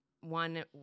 one